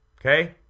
Okay